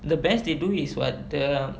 the best they do is what the